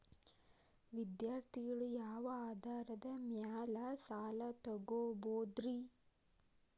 ವಿದ್ಯಾರ್ಥಿಗಳು ಯಾವ ಆಧಾರದ ಮ್ಯಾಲ ಸಾಲ ತಗೋಬೋದ್ರಿ?